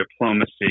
diplomacy